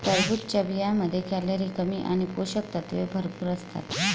टरबूजच्या बियांमध्ये कॅलरी कमी आणि पोषक तत्वे भरपूर असतात